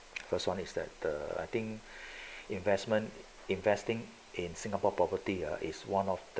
first one is that the I think investment investing in singapore property ah is one of the